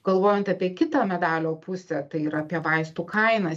galvojant apie kitą medalio pusę tai yra apie vaistų kainas